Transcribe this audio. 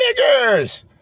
Niggers